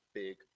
big